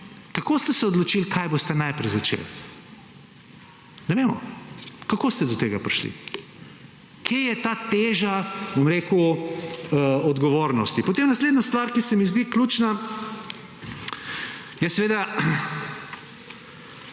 Kako ste se odločili, kaj boste najprej začeli? Ne vemo, kako ste do tega prišli. Kje je ta teža, bom rekel, odgovornosti? Potem naslednja stvar, ki se mi zdi ključna, je seveda